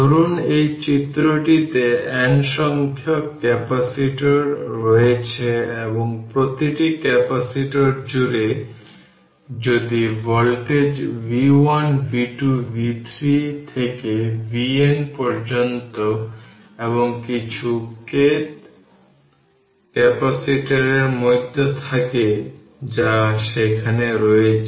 ধরুন এই চিত্রটিতে n সংখ্যক ক্যাপাসিটর রয়েছে এবং প্রতিটি ক্যাপাসিটর জুড়ে যদি ভোল্টেজ v1 v2 v3 থেকে vn পর্যন্ত এবং কিছু kth ক্যাপাসিটরের মধ্যে থাকে যা সেখানে রয়েছে